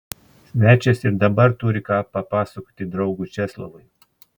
svečias ir dabar turi ką papasakoti draugui česlovui